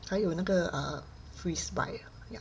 还有那个 err ah ya